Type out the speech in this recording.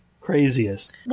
craziest